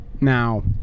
Now